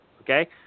Okay